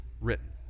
written